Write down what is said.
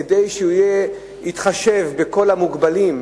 כדי שהוא יתחשב בכל המוגבלים,